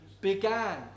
began